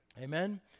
Amen